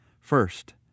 First